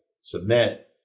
submit